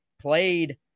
played